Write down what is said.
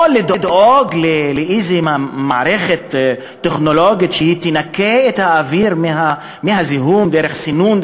או לדאוג לאיזו מערכת טכנולוגית שתנקה את האוויר מהזיהום דרך סינון,